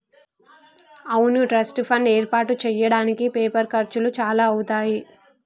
అవును trust fund ఏర్పాటు చేయడానికి పేపర్ ఖర్చులు చాలా అవుతాయి